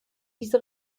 diese